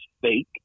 fake